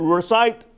Recite